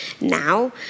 now